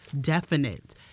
definite